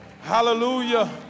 Hallelujah